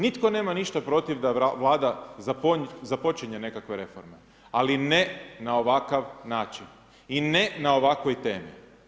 Nitko nema ništa protiv da Vlada započinje nekakve reforme, ali ne na ovakav način. i ne na ovakvoj temi.